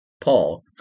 Paul